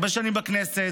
אתה הרבה שנים בכנסת,